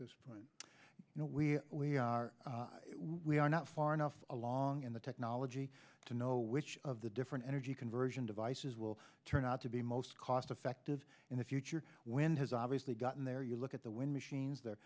this point you know where we are we not far enough along in the technology to know which of the different energy conversion devices will turn out to be most cost effective in the future when has obviously gotten there you look at the wind machines the